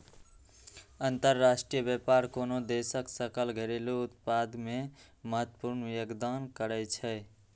अंतरराष्ट्रीय व्यापार कोनो देशक सकल घरेलू उत्पाद मे महत्वपूर्ण योगदान करै छै